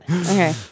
Okay